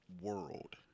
world